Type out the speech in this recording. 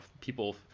people